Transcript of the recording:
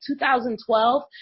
2012